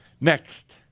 Next